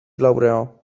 laureò